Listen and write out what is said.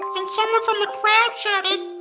and someone from the crowd shouted,